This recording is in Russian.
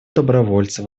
добровольцев